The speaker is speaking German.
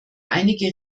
einige